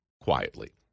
quietly